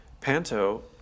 panto